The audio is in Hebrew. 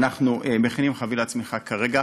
אנחנו מכינים חבילת צמיחה כרגע.